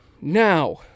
Now